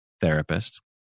therapist